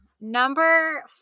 number